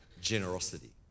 generosity